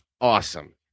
awesome